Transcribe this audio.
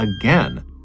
again